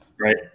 Right